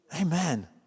Amen